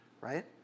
right